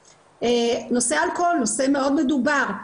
נושא האלכוהול, נושא מאוד מדובר.